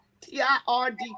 T-I-R-D